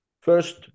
first